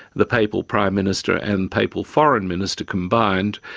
the papal prime minister and papal foreign minister combined,